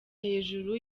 hejuru